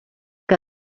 que